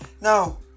now